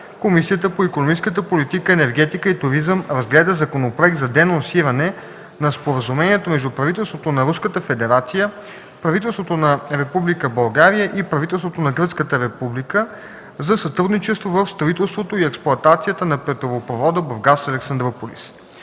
Комисията по външна политика и отбрана относно Законопроект за денонсиране на Споразумението между правителството на Руската федерация, правителството на Република България и правителството на Гръцката република за сътрудничество в строителството и експлоатацията на петролопровода Бургас – Александруполис,